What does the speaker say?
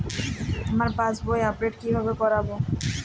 আমি পাসবই আপডেট কিভাবে করাব?